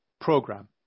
program